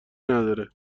نداره